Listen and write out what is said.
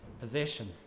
possession